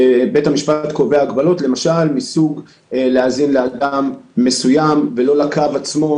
בית המשפט קובע מגבלות למשל מסוג להאזין לאדם מסוים ולא לקו עצמו,